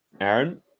Aaron